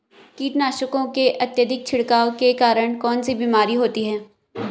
कीटनाशकों के अत्यधिक छिड़काव के कारण कौन सी बीमारी होती है?